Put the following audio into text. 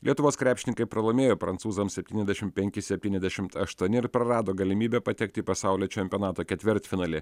lietuvos krepšininkai pralaimėjo prancūzams septyniasdešim penki septyniasdešimt aštuoni ir prarado galimybę patekti į pasaulio čempionato ketvirtfinalį